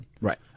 Right